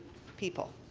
people.